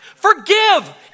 Forgive